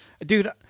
Dude –